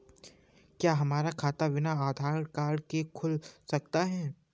क्या हमारा खाता बिना आधार कार्ड के खुल सकता है?